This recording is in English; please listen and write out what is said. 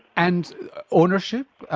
and ownership,